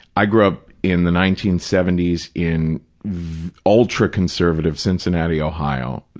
i grew up in the nineteen seventy s in ultra-conservative cincinnati, ohio,